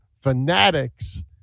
fanatics